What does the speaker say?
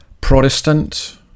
protestant